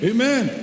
Amen